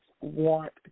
want